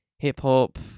hip-hop